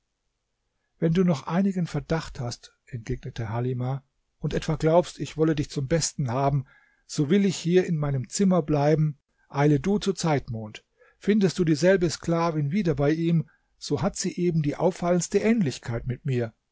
wenn du noch einigen verdacht hast entgegnete halimah und etwa glaubst ich wolle dich zum besten haben so will ich hier in meinem zimmer bleiben eile du zu zeitmond findest du dieselbe sklavin wieder bei ihm so hat sie eben die auffallendste ähnlichkeit mit mir